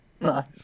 Nice